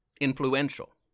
influential